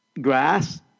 grass